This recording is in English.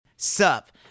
Sup